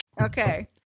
okay